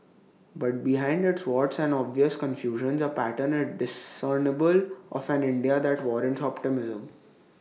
but behind its warts and obvious confusions A pattern is discernible of an India that warrants optimism